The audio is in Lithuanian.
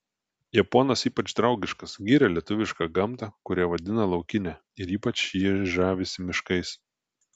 japonas ypač draugiškas giria lietuvišką gamtą kurią vadina laukine ir ypač jį žavisi miškais